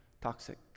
toxic